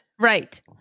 Right